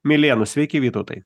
milėnu sveiki vytautai